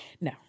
No